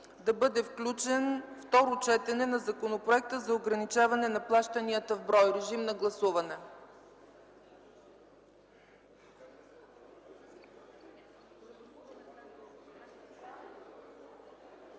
да бъде включено второто четене на Законопроекта за ограничаване на плащанията в брой. Гласували